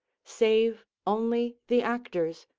save only the actors,